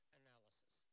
analysis